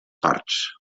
parts